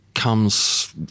comes